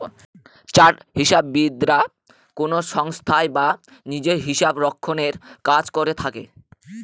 chartered হিসাববিদরা কোনো সংস্থায় বা নিজে হিসাবরক্ষনের কাজ করে থাকেন